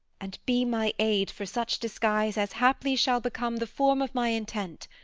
and be my aid for such disguise as haply shall become the form of my intent.